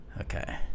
Okay